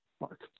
Mark